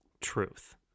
Truth